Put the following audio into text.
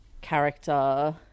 character –